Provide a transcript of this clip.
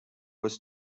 was